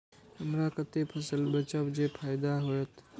हमरा कते फसल बेचब जे फायदा होयत?